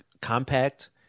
compact